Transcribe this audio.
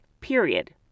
period